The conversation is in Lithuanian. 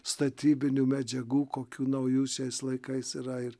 statybinių medžiagų kokių naujų šiais laikais yra ir